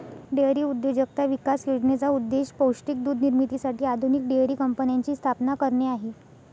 dairy उद्योजकता विकास योजनेचा उद्देश पौष्टिक दूध निर्मितीसाठी आधुनिक डेअरी कंपन्यांची स्थापना करणे आहे